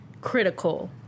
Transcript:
critical